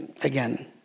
again